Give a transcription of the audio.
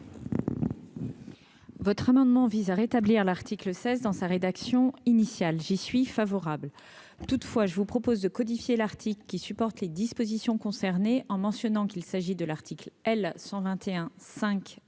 Votre amendement vise à rétablir l'article 16 dans sa rédaction initiale, j'y suis favorable toutefois, je vous propose de codifier l'Arctique qui supporte les dispositions concernées en mentionnant qu'il s'agit de l'article L 121 5